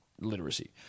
literacy